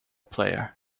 player